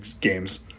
games